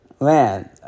Man